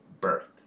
birth